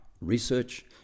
Research